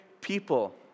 people